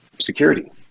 security